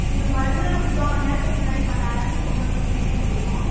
நீங்கள் குறஞ்சது ஒரு முக்கா மண் நேரத்துக்கு முன்னாடி பண்ணா தாங்க கொண்டு வந்து கொடுக்க முடியும்